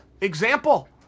example